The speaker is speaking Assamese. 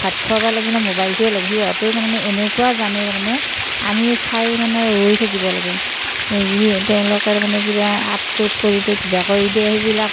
ভাত খোৱাব লাগিলেও মোবাইলটোয়েই লাগিব সিহঁতে তাৰ মানে এনেকুৱা জানে তাৰ মানে আমি চাই মানে ৰৈ থাকিব লাগে তেওঁলোকে মানে কিবা আপলোড কৰি দিয়ে কিবা কৰি দিয়ে সেইবিলাক